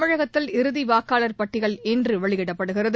தமிழகத்தில் இறுதி வாக்காளர் பட்டியல் இன்று வெளியிடப்படுகிறது